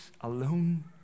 alone